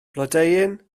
blodeuyn